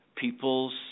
people's